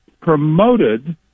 Promoted